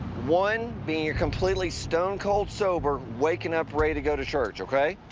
one being you're completely stone-cold sober, waking up, ready to go to church, ok.